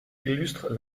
illustre